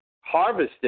harvested